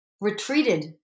retreated